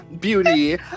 Beauty